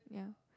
yeah